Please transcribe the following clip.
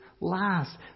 last